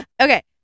Okay